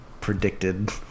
predicted